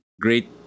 Great